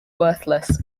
worthless